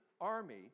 army